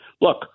look